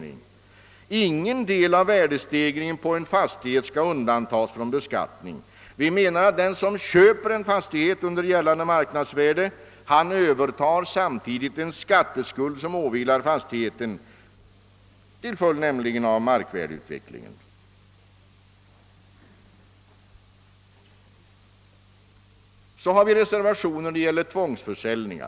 Ingen del av värdestegringen på en fastighet skall undantagas från beskattning. Den som köper en fastighet under gällande marknadsvärde övertar samtidigt den skatteskuld som åvilar fastigheten till följd av markvärdeutvecklingen. Jag kommer nu till den reservation som gäller tvångsförsäljning.